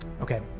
Okay